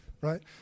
right